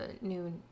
new